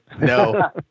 no